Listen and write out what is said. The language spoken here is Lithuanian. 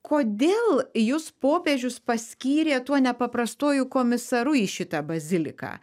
kodėl jus popiežius paskyrė tuo nepaprastuoju komisaru į šitą baziliką